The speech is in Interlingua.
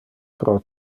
pro